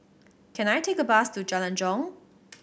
can I take a bus to Jalan Jong